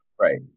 Right